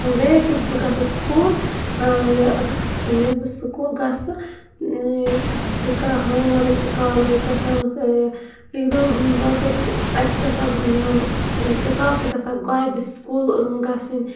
بیٚیہِ حظ چھَس بہٕ گژھان سکوٗل یہِ ییٚلہِ بہٕ سکوٗل گژھٕ بہٕ چھَس کَران ہوم ؤرک تہٕ کالَے کیٛاہ تھامَتھ یہِ اَکہِ دۄہ مےٚ دوپ اَتہِ چھِ گژھان یِم کِتاب چھِ گژھان گۄبہِ سکوٗل گژھٕنۍ